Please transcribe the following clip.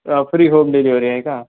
free home delivery आहे का